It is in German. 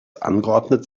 angeordnet